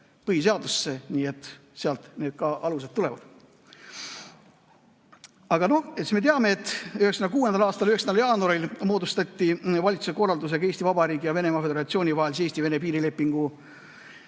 põhiseadusesse, nii et sealt ka need alused tulevad. Aga noh, me teame, et 1996. aastal 9. jaanuaril moodustati valitsuse korraldusega Eesti Vabariigi ja Venemaa Föderatsiooni vahelise Eesti-Vene piirilepingu